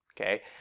Okay